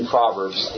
Proverbs